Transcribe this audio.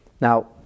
Now